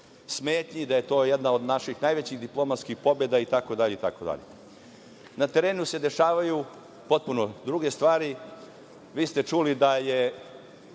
da je to jedna od naših najvećih diplomatskih pobeda itd, itd. Na terenu se dešavaju potpuno druge stvari, vi ste čuli da su 1.